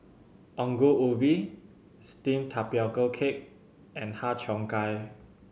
Ongol Ubi steamed tapioca cake and Har Cheong Gai